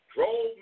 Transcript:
Drove